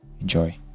Enjoy